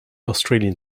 australian